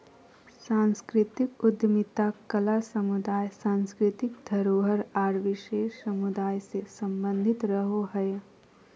सांस्कृतिक उद्यमिता कला समुदाय, सांस्कृतिक धरोहर आर विशेष समुदाय से सम्बंधित रहो हय